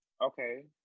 Okay